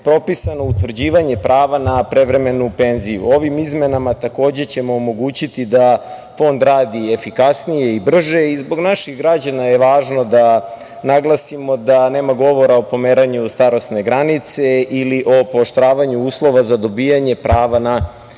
propisano utvrđivanje prava na prevremenu penziju. Ovim izmenama takođe ćemo omogućiti da Fond radi efikasnije i brže. Zbog naših građana je važno da naglasimo da nema govora o pomeranju starosne granice ili o pooštravanju uslova za dobijanje prava na